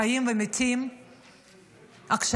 חיים ומתים עכשיו,